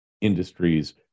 industries